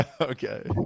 Okay